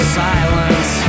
silence